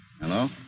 Hello